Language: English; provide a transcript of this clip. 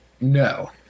No